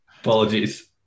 Apologies